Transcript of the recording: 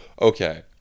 okay